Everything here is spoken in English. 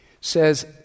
says